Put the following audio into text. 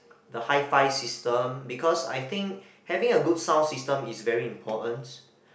the hifi system because I think having a good sound system is very important